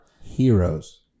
Heroes